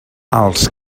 els